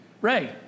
Ray